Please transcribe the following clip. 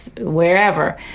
wherever